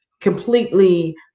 completely